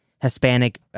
Hispanic